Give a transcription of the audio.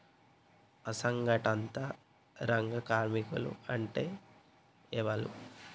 అసంఘటిత రంగ కార్మికులు అంటే ఎవలూ?